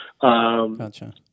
Gotcha